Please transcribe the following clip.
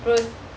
pros